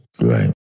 Right